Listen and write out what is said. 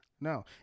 no